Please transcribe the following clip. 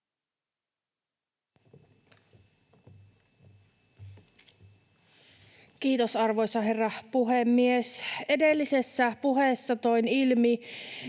Kiitos, arvoisa herra puhemies! Edellisessä puheessa toin ilmi,